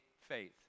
faith